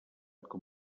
com